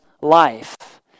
life